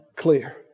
clear